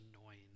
annoying